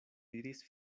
diris